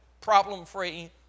problem-free